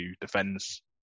defends